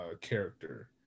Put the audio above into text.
character